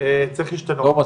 צריך להשתנות?